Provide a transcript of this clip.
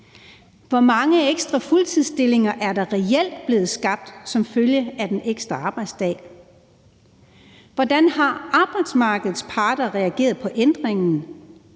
Hvor mange ekstra fuldtidsstillinger er der reelt blevet skabt som følge af den ekstra arbejdsdag? Hvordan har arbejdsmarkedets parter reageret på ændringen?